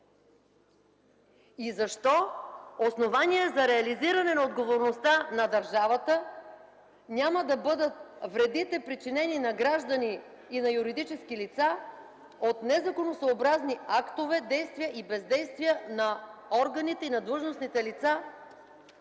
Защо основание за реализиране на отговорността на държавата няма да бъдат вредите, причинени на граждани и на юридически лица от незаконосъобразни актове, действия и бездействия на органите и на длъжностните лица,